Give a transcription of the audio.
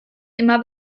immer